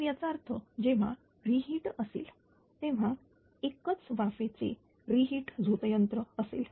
तर याचा अर्थ जेव्हा रि हीट असेल तेव्हा एकच रि हीट वाफेचे झोतयंत्र असेल